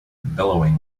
billowing